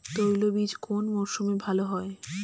তৈলবীজ কোন মরশুমে ভাল হয়?